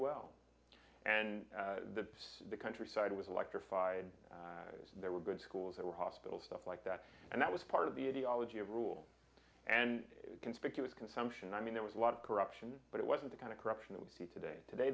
and the countryside was electrified there were good schools that were hospitals stuff like that and that was part of the ideology of rule and conspicuous consumption i mean there was a lot of corruption but it wasn't the kind of corruption we see today today